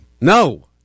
No